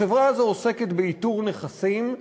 החברה הזאת עוסקת באיתור נכסים,